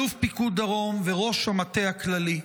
אלוף פיקוד דרום וראש המטה הכללי.